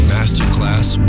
Masterclass